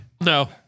No